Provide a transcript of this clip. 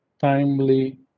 timely